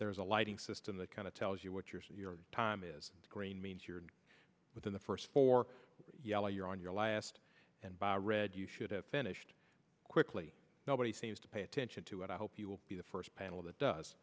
there's a lighting system the kind of tells you what your time is green means you're within the first four yellow you're on your last and by a read you should have finished quickly nobody seems to pay attention to it i hope you will be the first panel that